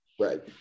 Right